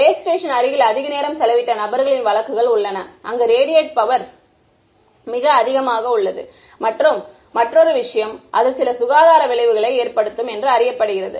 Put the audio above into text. base station அருகில் அதிக நேரம் செலவிட்ட நபர்களின் வழக்குகள் உள்ளன அங்கு ரேடியேட்ட் பவர் மிக அதிகமாக உள்ளது மற்றும் மற்றொரு விஷயம் அது சில சுகாதார விளைவுகளை ஏற்படுத்தும் என்று அறியப்படுகிறது